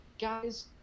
Guys